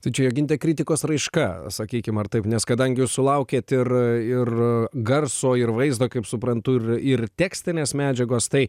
tai čia joginte kritikos raiška sakykim ar taip nes kadangi jūs sulaukiate ir ir garso ir vaizdo kaip suprantu ir ir tekstinės medžiagos tai